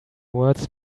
words